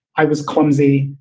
i was clumsy,